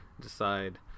decide